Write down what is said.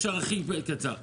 את זה אפשר לעשות בתקופה קצרה.